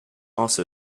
also